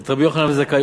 את רבי יוחנן בן זכאי.